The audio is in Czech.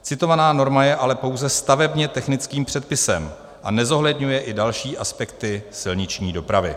Citovaná norma je ale pouze stavebně technickým předpisem a nezohledňuje i další aspekty silniční dopravy.